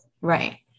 Right